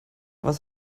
was